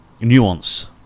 nuance